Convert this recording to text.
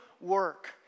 work